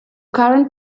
current